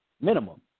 minimum